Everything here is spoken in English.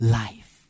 life